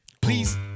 Please